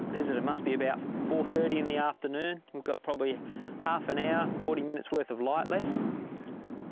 is it? it must be about four-thirty in the afternoon. we've got probably half an hour, forty minutes worth of light left.